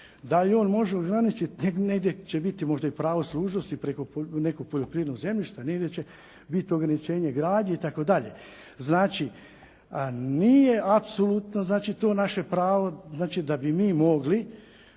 da i on može ograničiti, negdje će biti pravo dužnosti preko nekog poljoprivrednog zemljišta, negdje će biti ograničenje gradnje itd. Znači, nije apsolutno to naše pravo da bi mi mogli,